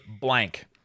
blank